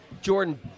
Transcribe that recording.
Jordan